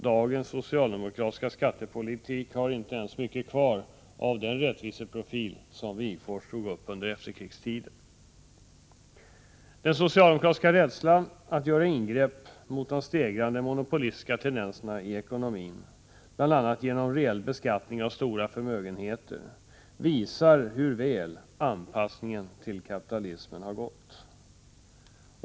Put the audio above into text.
Dagens socialdemokratiska skattepolitik har inte ens mycket kvar av den rättviseprofil som Wigforss drog upp under efterkrigstiden. Den socialdemokratiska rädslan för att göra ingrepp mot de stegrande monopolistiska tendenserna inom ekonomin, t.ex. genom en reell beskattning av stora förmögenheter, visar hur väl anpassningen till kapitalismen har gått.